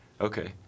Okay